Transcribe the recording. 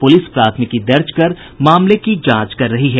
police प्राथमिकी दर्ज कर मामले की जांच कर रही है